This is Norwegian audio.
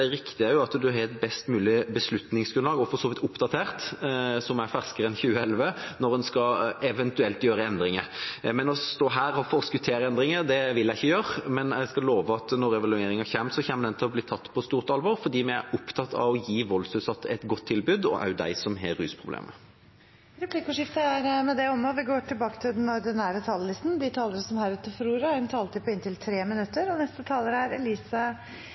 at en har et best mulig og for så vidt oppdatert beslutningsgrunnlag, som er ferskere enn 2011, når en eventuelt skal gjøre endringer. Det å stå her og forskuttere endringer vil jeg ikke gjøre, men jeg skal love at når evalueringen kommer, vil den bli tatt på stort alvor, fordi vi er opptatt av å gi voldsutsatte et godt tilbud, også de som har rusproblemer. Replikkordskiftet er omme. De talerne som heretter får ordet, har en taletid på inntil 3 minutter.